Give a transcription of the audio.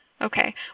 Okay